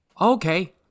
Okay